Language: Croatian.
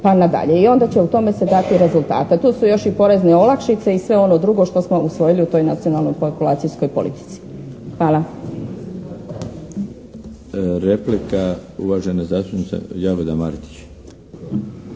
pa na dalje i onda će u tome se dati rezultata. Tu su još i porezne olakšice i sve ono drugo što smo usvojili u toj nacionalnoj populacijskoj politici. Hvala. **Milinović, Darko (HDZ)** Replika, uvažena zastupnica Jagoda Martić.